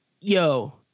yo